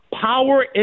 power